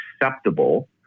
acceptable